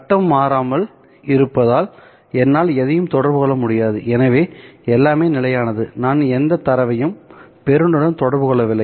கட்டம் மாறாமல் இருப்பதால் என்னால் எதையும் தொடர்பு கொள்ள முடியாது எனவே எல்லாமே நிலையானது நான் எந்த தரவையும் பெறுநருடன் தொடர்பு கொள்ளவில்லை